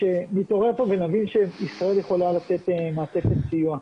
שנתעורר כאן ונבין שישראל יכולה לתת מעטפת סיוע.